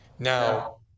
Now